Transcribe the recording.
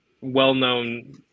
well-known